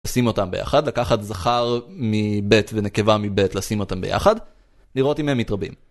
לשים אותם ביחד, לקחת זכר מבית ונקבה מבית לשים אותם ביחד, לראות אם הם מתרבים.